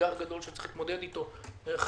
אתגר גדול שצריך להתמודד איתו, איך